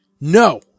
No